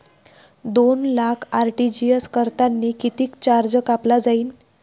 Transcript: दोन लाख आर.टी.जी.एस करतांनी कितीक चार्ज कापला जाईन?